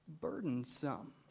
burdensome